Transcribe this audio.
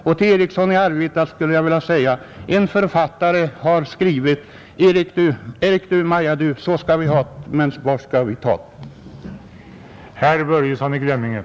Till herr Eriksson i Arvika skulle jag vilja säga att en författare har skrivit: Erk du! Maja du! Så ska vi ha”t! Men var ska vi tat?